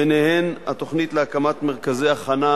ביניהן התוכנית להקמת מרכזי הכנה